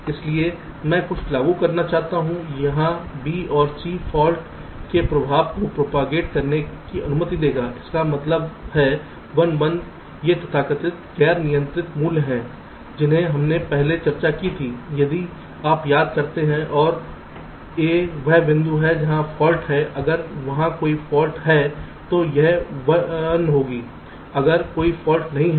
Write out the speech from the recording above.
इसलिए मैं कुछ लागू करना चाहता हूं जहां B और C फॉल्ट के प्रभाव को प्रोपागेट करने की अनुमति देगा इसका मतलब है 1 1 ये तथाकथित गैर नियंत्रित मूल्य हैं जिन्हें हमने पहले चर्चा की थी यदि आप याद करते हैं और A वह बिंदु है जहां फॉल्ट है अगर वहां कोई फॉल्ट है तो यह 1 होगी अगर कोई फॉल्ट नहीं है तो मैंने 0 लागू किया है